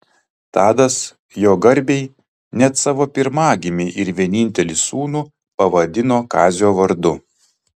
tadas jo garbei net savo pirmagimį ir vienintelį sūnų pavadino kazio vardu